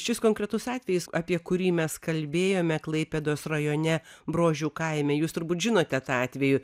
šis konkretus atvejis apie kurį mes kalbėjome klaipėdos rajone brožių kaime jūs turbūt žinote tą atvejų